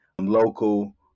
local